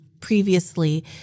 previously